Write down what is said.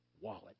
wallet